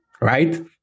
Right